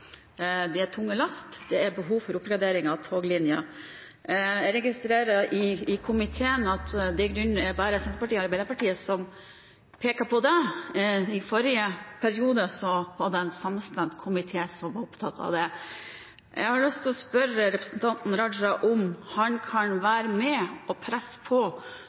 Det er tunge lass, det er behov for oppgraderinger av toglinjen. Jeg registrerer at i komiteen er det bare Senterpartiet og Arbeiderpartiet som peker på dette – i forrige periode var det en samstemt komité som var opptatt av det. Jeg har lyst til å spørre representanten Raja om han kan være med på å presse på